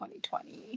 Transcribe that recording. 2020